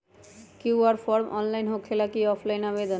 QR form online होकेला कि offline आवेदन?